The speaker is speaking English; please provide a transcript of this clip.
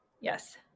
Yes